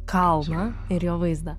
kalną ir jo vaizdą